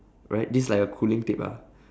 right this is like a cooling tape ah